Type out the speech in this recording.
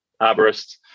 arborist